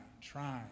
trying